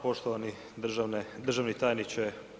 Poštovani državni tajniče.